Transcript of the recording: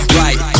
right